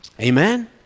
Amen